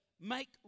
make